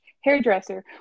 hairdresser